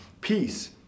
Peace